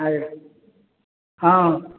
ଆଜ୍ଞା ହଁ